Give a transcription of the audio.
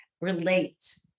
relate